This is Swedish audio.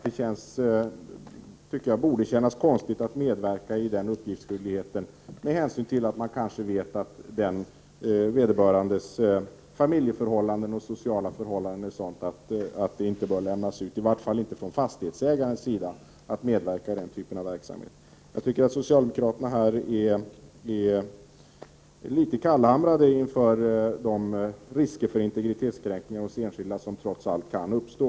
Det borde, tycker jag, kännas konstigt att medverka i ett sådant här uppgiftslämnande, med hänsyn till att man kanske vet att vederbörandes familjeförhållanden och sociala förhållanden i övrigt är sådana att uppgifter inte bör lämnas ut; i vart fall bör inte fastighetsägaren medverka i den typen av verksamhet. Jag tycker att socialdemokraterna är litet kallhamrade inför de risker för kränkningar av enskildas integritet som trots allt kan uppstå.